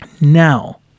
Now